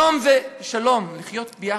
שלום זה שלום, לחיות יחד,